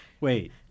Wait